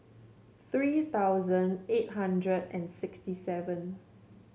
three thousand eight hundred and sixty seven